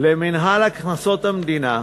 למינהל הכנסות המדינה